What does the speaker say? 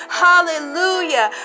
hallelujah